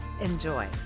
Enjoy